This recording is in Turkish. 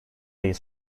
ayı